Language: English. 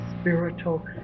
spiritual